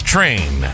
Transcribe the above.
Train